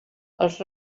els